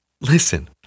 listen